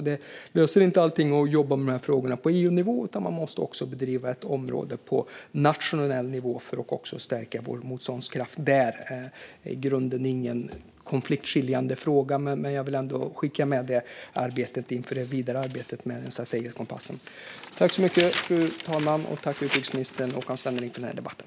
Det löser inte allt att jobba med dessa frågor på EU-nivå, utan man måste också driva ett område på nationell nivå för att stärka sin motståndskraft där. Det här är i grunden ingen konfliktskapande fråga, men jag vill ändå skicka med detta inför det vidare arbetet med den strategiska kompassen.